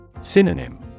Synonym